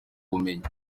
bumenyi